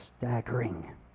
staggering